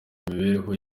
imibereho